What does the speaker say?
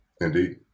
Indeed